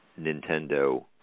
Nintendo